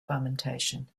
fermentation